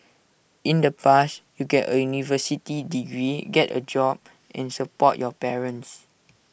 in the past you get A university degree get A job and support your parents